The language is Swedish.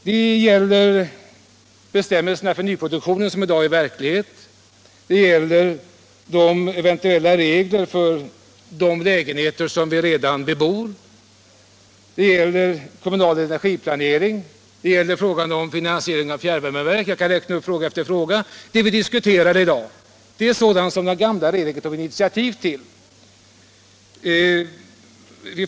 Det gäller bestämmelserna för nyproduktionen som i dag är verklighet, det gäller de föreslagna reglerna för de lägenheter som redan bebos, det gäller kommunal energiplanering och frågan om finansiering av fjärrvärmeverk. Jag kan här räkna upp fråga efter fråga. Det vi diskuterar i dag är sådant som den gamla regeringen tagit initiativ till.